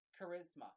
charisma